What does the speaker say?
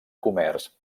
comerç